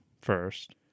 first